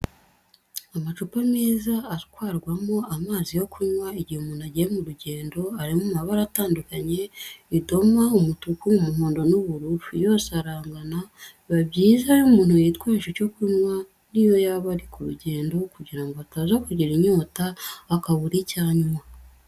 Amacupa meza atwarwamo amazi yo kunywa igihe umuntu agiye mu rugendo, ari mu mabara atandukanye, idoma, umutuku, umuhondo n'ubururu yose arangana, biba byiza iyo umuntu yitwaje icyo kunywa n'iyo yaba ari ku rugendo kugira ngo ataza kugira inyota akabura icyo anywa.